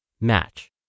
Match